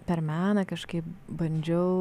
per meną kažkaip bandžiau